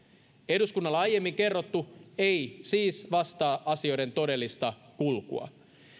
eduskunnalle aiemmin kerrottu ei siis vastaa asioiden todellista kulkua